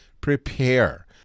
prepare